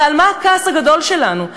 הרי על מה הכעס הגדול שלנו?